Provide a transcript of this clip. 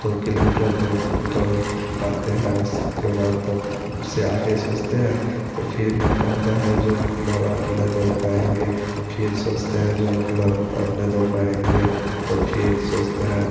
दो किलोमीटर दौड़ दौड़ पाते हैं उसके बाद तब उससे आगे सोचते हैं तो फ़िर मन करता है जो मतलब अब नहीं दौड़ पाएंगे फ़िर सोचते हैं जो मतलब अब नहीं दौड़ पाएंगे तो फ़िर सोचते हैं